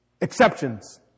Exceptions